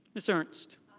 ms. ernst.